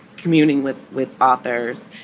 communing with with authors.